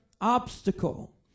obstacle